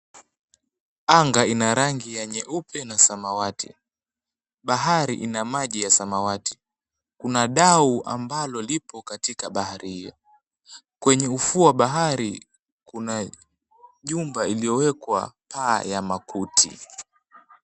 Anga ina rangi ya nyeupe na samawati. Bahari ina maji ya samawati. Kuna dau ambalo lipo katika bahari hiyo. Kwenye ufuo wa bahari kuna jumba iliyowekwa paa ya makuti.